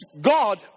God